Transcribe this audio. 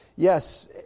Yes